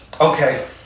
Okay